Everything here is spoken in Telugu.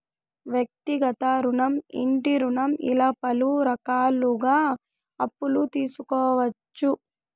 వ్యక్తిగత రుణం ఇంటి రుణం ఇలా పలు రకాలుగా అప్పులు తీసుకోవచ్చు